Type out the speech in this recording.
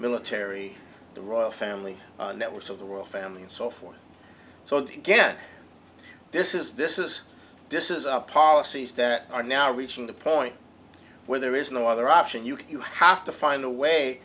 military the royal family networks of the world family and so forth so to again this is this is this is our policies that are now reaching the point where there is no other option you have to find a way